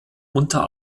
unter